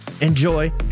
enjoy